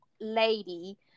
lady